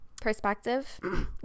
perspective